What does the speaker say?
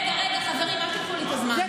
רגע, רגע, חברים, אל תיקחו לי את הזמן.